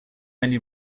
only